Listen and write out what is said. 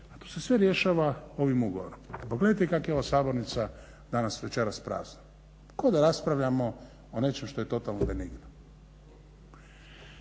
a to se sve rješava ovim ugovorom. Pogledajte kako je ova sabornica danas, večeras prazna, kao da raspravljamo o nečem što je totalno benigno.